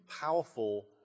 powerful